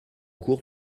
cours